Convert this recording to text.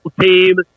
team